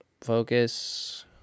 focus